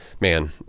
Man